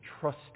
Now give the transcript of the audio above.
trust